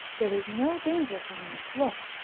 there is no danger for me. look.